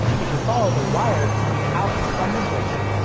if you follow the wire coming out from the breaker,